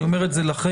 אני אומר את זה לכם,